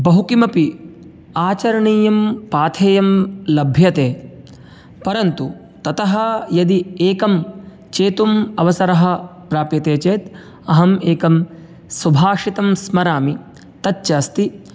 बहुकिमपि आचरणीयं पाथेयं लभ्यते परन्तु ततः यदि एकं चेतुम् अवसरः प्राप्यते चेत् अहम् एकम् सुभाषितं स्मरामि तच्च अस्ति